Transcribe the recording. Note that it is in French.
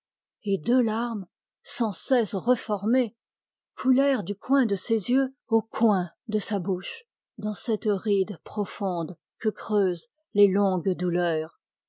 et deux larmes sans cesse reformées coulèrent du coin de ses yeux au coin de sa bouche dans cette ride profonde que creusent les longues douleurs